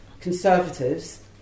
conservatives